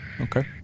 Okay